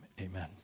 amen